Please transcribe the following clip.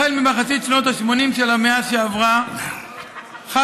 מאז אמצע שנות ה-80 של המאה שעברה חלו